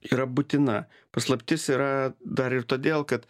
yra būtina paslaptis yra dar ir todėl kad